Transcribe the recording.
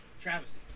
Travesty